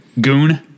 Goon